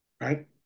right